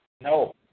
No